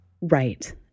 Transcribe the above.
Right